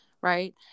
right